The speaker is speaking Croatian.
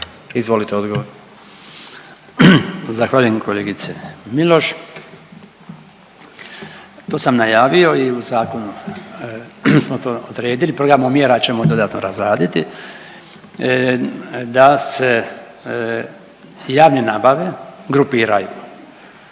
Branko (HDZ)** Zahvaljujem kolegice Miloš. To sam najavio i u zakonu smo to odredili, programom mjera ćemo dodatno razraditi, da se javne nabave grupiraju.